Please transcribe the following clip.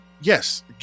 Yes